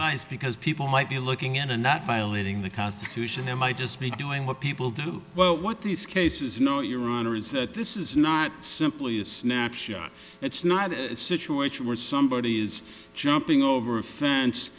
is because people might be looking into not violating the constitution that might just be doing what people do but what these cases know your honor is that this is not simply a snapshot it's not a situation where somebody is jumping over a fence